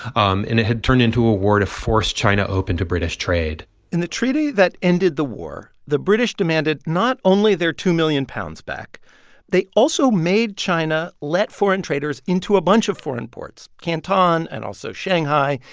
um and it had turned into a war to force china open to british trade in the treaty that ended the war, the british demanded not only their two million pounds back they also made china let foreign traders into a bunch of foreign ports canton, and also shanghai,